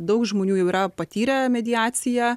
daug žmonių jau yra patyrę mediaciją